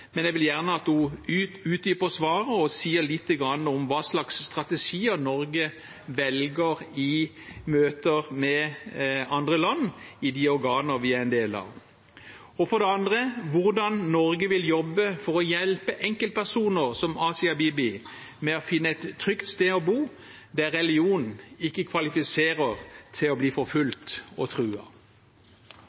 men jeg vil gjerne at hun utdyper svaret og sier lite grann om hva slags strategier Norge velger i møter med andre land i de organer vi er en del av. For det andre: Hvordan vil Norge jobbe for å hjelpe enkeltpersoner som Asia Bibi med å finne et trygt sted å bo der religion ikke kvalifiserer til å bli forfulgt og